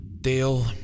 Deal